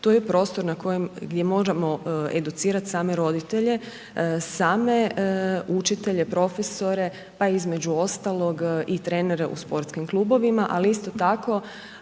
kojem gdje moramo educirat same roditelje, same učitelje, profesore pa između ostalog i trenere u sportskim klubovima ali isto tako